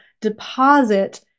deposit